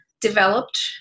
developed